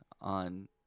on –